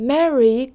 Mary